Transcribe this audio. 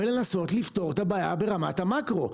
ולנסות לפתור את הבעיה ברמת המאקרו,